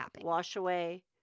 wash-away